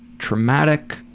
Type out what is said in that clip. traumatic,